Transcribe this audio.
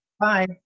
Bye